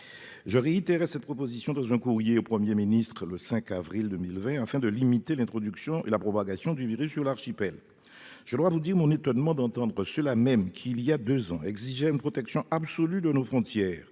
Je réitérais cette proposition dans un courrier adressé au Premier ministre le 5 avril 2020, dans le but de limiter l'introduction et la propagation du virus sur l'archipel. Je dois vous dire mon étonnement d'entendre ceux-là mêmes qui, voilà deux ans, exigeaient une protection absolue de nos frontières